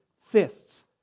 fists